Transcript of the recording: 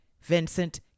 Vincent